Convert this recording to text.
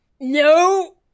No